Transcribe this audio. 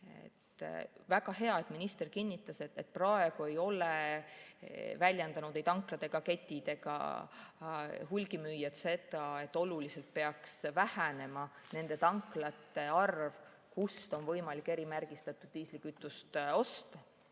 Väga hea, et minister kinnitas, et praegu ei ole väljendanud ei tanklad ega ketid ega hulgimüüjad seda, et oluliselt peaks vähenema nende tanklate arv, kust on võimalik erimärgistatud diislikütust osta.